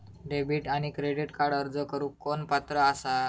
Debit आणि credit कार्डक अर्ज करुक कोण पात्र आसा?